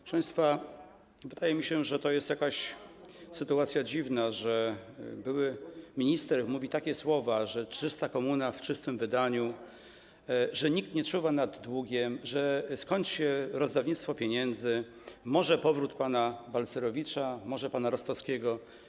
Proszę państwa, wydaje mi się, że to jest dziwna sytuacja, że były minister mówi takie słowa: że czysta komuna w czystym wydaniu, że nikt nie czuwa nad długiem, skończcie rozdawnictwo pieniędzy, może powrót pana Balcerowicza, może pana Rostowskiego.